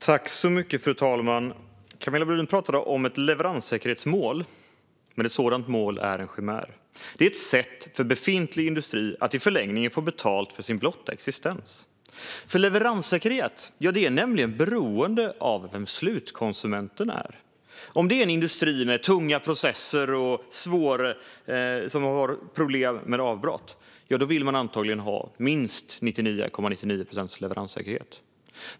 Fru talman! Camilla Brodin pratade om ett leveranssäkerhetsmål, men ett sådant mål är en chimär. Det är ett sätt för befintlig industri att i förlängningen få betalt för sin blotta existens. Leveranssäkerhet är nämligen beroende av vem slutkonsumenten är. En industri med tunga processer och som har problem med avbrott vill antagligen ha minst 99,99 procents leveranssäkerhet.